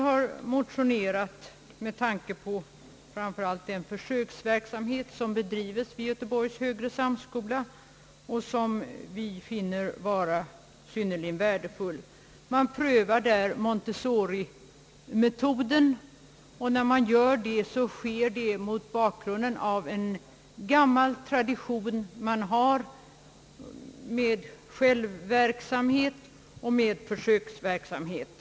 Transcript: Vi har motionerat med tanke framför allt på den försöksverksamhet som på lågstadiet bedrivs vid Göteborgs högre samskola och som vi finner vara synnerligen värdefull. Man prövar där Montessori-metoden mot bakgrunden av en gammal tradition man har att be driva självverksamhet och = försöksverksamhet.